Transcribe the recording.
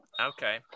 okay